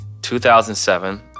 2007